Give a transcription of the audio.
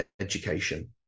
education